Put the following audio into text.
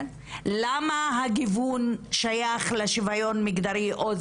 למה הגיוון שייך לשוויון מגזרי?